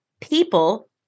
people